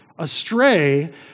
astray